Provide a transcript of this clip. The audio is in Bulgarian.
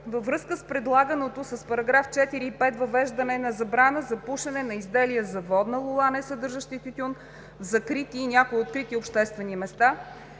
във връзка с предлаганото с § 4 и 5 въвеждане на забрана за пушене на изделия за водна лула, несъдържащи тютюн в закрити и някои открити обществени места,